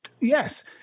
yes